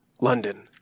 London